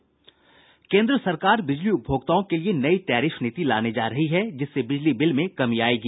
केन्द्र सरकार बिजली उपभोक्ताओं के लिए नई टैरिफ नीति लाने जा रही है जिससे बिजली बिल में कमी आयेगी